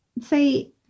say